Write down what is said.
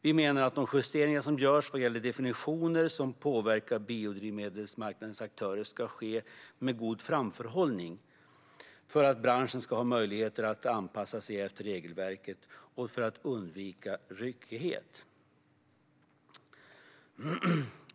Vi menar att de justeringar som görs vad gäller definitioner som påverkar biodrivmedelsmarknadens aktörer ska ske med god framförhållning för att branschen ska ha möjlighet att anpassa sig efter regelverket och för att undvika ryckighet.